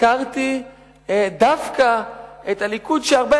ביקרתי דווקא את הליכוד שהרבה,